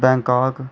Bangkok